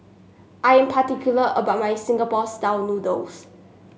I am particular about my Singapore style noodles